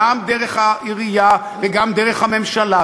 גם דרך העירייה וגם דרך הממשלה,